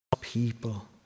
people